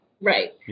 Right